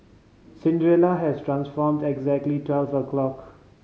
has dress transformed exactly twelve o' clock